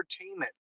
entertainment